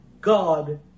God